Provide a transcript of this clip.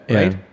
right